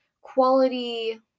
quality